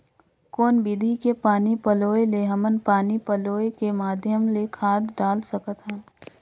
कौन विधि के पानी पलोय ले हमन पानी पलोय के माध्यम ले खाद डाल सकत हन?